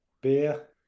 beer